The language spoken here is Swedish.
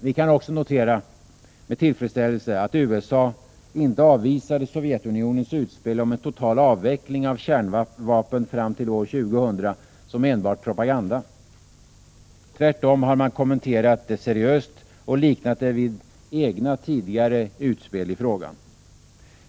Vi kan också notera med tillfredsställelse, att USA inte avvisade Sovjetunionens utspel om en total avveckling av kärnvapen fram till år 2000 som enbart propaganda. Tvärtom har man kommenterat det seriöst och liknat det vid egna tidigare utspel i frågan.